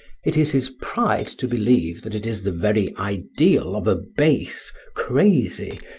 it is his pride to believe that it is the very ideal of a base, crazy,